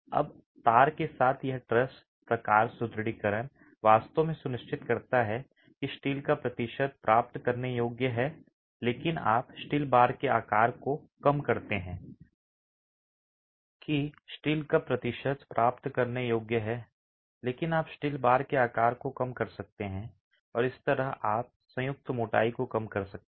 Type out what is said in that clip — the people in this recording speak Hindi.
अब तार के साथ यह ट्रस प्रकार सुदृढीकरण वास्तव में सुनिश्चित करता है कि स्टील का प्रतिशत प्राप्त करने योग्य है लेकिन आप स्टील बार के आकार को कम कर सकते हैं और इस तरह आप संयुक्त मोटाई को कम कर सकते हैं